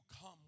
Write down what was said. come